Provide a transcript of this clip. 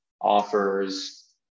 offers